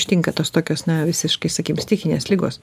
ištinka tos tokios na visiškai sakykim stichinės ligos